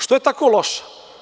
Što je toliko loša?